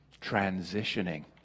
Transitioning